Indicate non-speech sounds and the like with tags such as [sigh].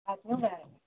[unintelligible]